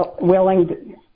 Willing